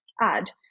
add